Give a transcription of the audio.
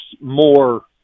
more